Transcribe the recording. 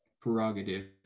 prerogative